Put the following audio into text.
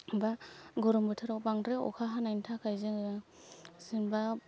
बा गरम बोथोराव बांद्राय अखा हानायनि थाखाय जोङो जेनेबा